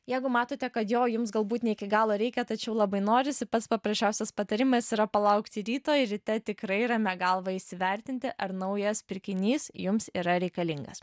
jeigu matote kad jo jums galbūt ne iki galo reikia tačiau labai norisi pats paprasčiausias patarimas yra palaukti ryto ir ryte tikrai ramia galva įsivertinti ar naujas pirkinys jums yra reikalingas